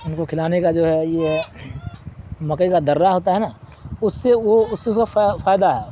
ان کو کھلانے کا جو ہے یہ ہے مکئی کا دررہ ہوتا ہے نا اس سے وہ اس سے جو فائدہ ہے